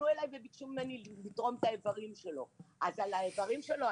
הפליג ושמר על גבולות המדינה.